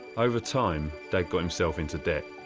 over time, dad got himself into debt.